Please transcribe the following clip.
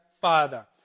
Father